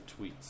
tweets